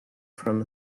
from